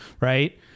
Right